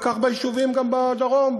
וכך גם ביישובים בדרום,